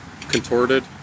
contorted